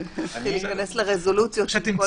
להתחיל להיכנס לרזולוציות של כל הסמכויות.